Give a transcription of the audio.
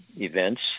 events